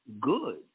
good